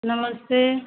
नमस्ते